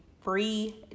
free